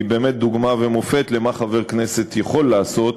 היא באמת דוגמה ומופת למה חבר כנסת יכול לעשות